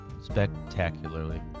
spectacularly